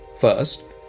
First